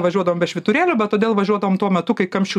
važiuodavom be švyturėlių bet todėl važiuodavom tuo metu kai kamščių